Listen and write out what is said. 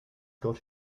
got